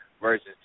versus